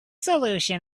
solution